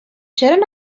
چرا